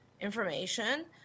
information